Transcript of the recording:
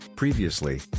Previously